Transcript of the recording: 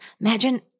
Imagine